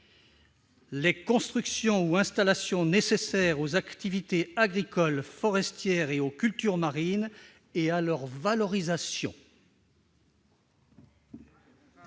les constructions ou installations nécessaires aux activités agricoles, forestières ou aux cultures marines, et à leur valorisation